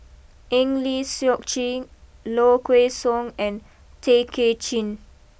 Eng Lee Seok Chee Low Kway Song and Tay Kay Chin